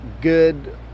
good